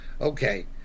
Okay